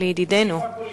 לידידינו.